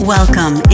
Welcome